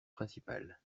principal